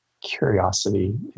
curiosity